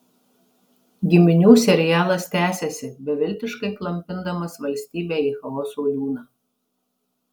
giminių serialas tęsiasi beviltiškai klampindamas valstybę į chaoso liūną